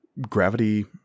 gravity